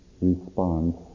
response